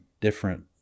different